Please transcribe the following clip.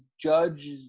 Judge